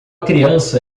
criança